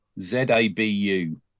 Z-A-B-U